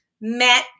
met